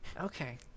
Okay